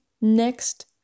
next